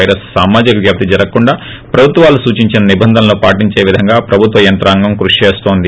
virus సామాజిక వ్యాప్తి జరగకుండా ప్రభుత్వాలు సూచించిన నిబంధనలను పాటించే విధంగా ప్రభుత్వ యంత్రాంగం కృషి చేస్తోంది